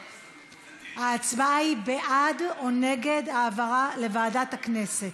ההצבעה היא בעד או נגד העברה לוועדת הכנסת.